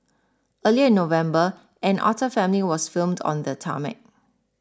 earlier in November an otter family was filmed on the tarmac